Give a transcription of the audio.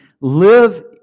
live